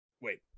Wait